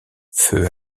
feux